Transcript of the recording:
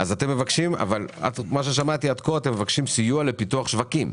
אני מבין שאתם מבקשים סיוע לפיתוח שווקים.